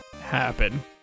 happen